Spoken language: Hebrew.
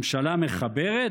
ממשלה מחברת?